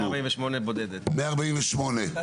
הצבעה בעד 3 נגד